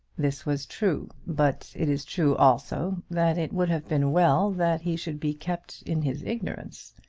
this was true but it is true also that it would have been well that he should be kept in his ignorance.